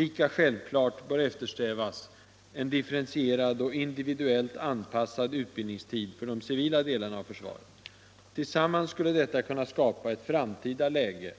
Lika självklart bör eftersträvas en differentierad och individuellt anpassad utbildningstid för de civila delarna av försvaret. Tillsammans skulle detta kunna skapa ett framtida läge